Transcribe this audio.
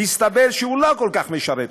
הסתבר שהוא לא כל כך משרת אותך.